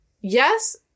yes